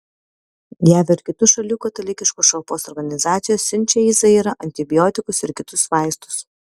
jav ir kitų šalių katalikiškos šalpos organizacijos siunčia į zairą antibiotikus ir kitus vaistus